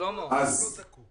שלמה, הוא לא זקוק.